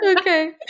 Okay